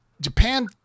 Japan